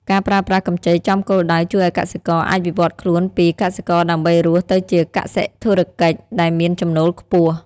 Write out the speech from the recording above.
ការប្រើប្រាស់កម្ចីចំគោលដៅជួយឱ្យកសិករអាចវិវត្តខ្លួនពី "កសិករដើម្បីរស់" ទៅជា "កសិករធុរកិច្ច" ដែលមានចំណូលខ្ពស់។